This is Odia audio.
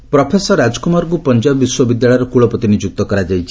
ପଞ୍ଜାବ ଭିସି ପ୍ରଫେସର ରାଜକୁମାରଙ୍କୁ ପଞ୍ଜାବ ବିଶ୍ୱବିଦ୍ୟାଳୟର କୁଳପତି ନିଯୁକ୍ତ କରାଯାଇଛି